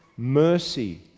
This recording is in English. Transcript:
Mercy